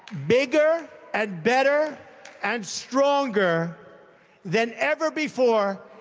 bigger and better and stronger than ever before,